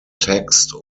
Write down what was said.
text